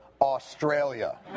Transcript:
Australia